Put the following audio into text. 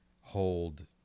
hold